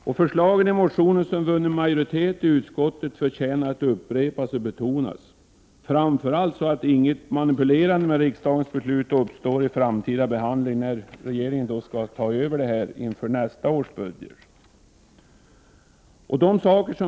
De i motionen framförda förslagen, som vunnit majoritet i utskottet, förtjänar att upprepas och betonas, framför allt för undvikande av att regeringen manipulerar riksdagens beslut i sin behandling av dessa inför nästa års budget.